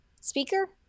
speaker